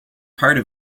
parts